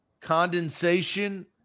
condensation